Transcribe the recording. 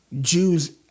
Jews